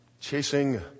chasing